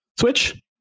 switch